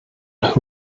who